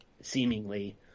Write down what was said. seemingly